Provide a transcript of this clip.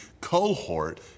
cohort